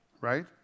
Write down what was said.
right